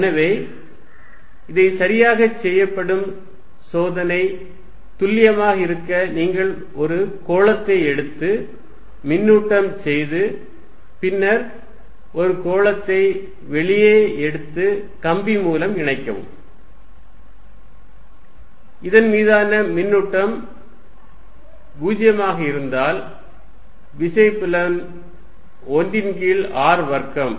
எனவே இதைச் சரிபார்க்க செய்யப்படும் சோதனை துல்லியமாக இருக்க நீங்கள் ஒரு கோளத்தை எடுத்து மின்னூட்டம் செய்து பின்னர் ஒரு கோளத்தை வெளியே எடுத்து கம்பி மூலம் இணைக்கவும் இதன் மீதான மின்னூட்டம் 0 இருந்தால் விசை புலம் 1 ன் கீழ் r வர்க்கம்